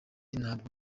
ntabwo